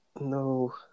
no